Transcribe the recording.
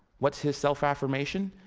what's his self-affirmation?